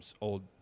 old